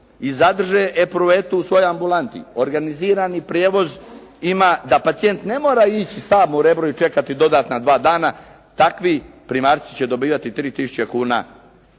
i zadrže epruvetu u svojoj ambulanti, organizirani prijevoz ima da pacijent ne mora ići sam u Rebro u čekati dodatna dva dana. Takvi primarci će dobivati 3000 kuna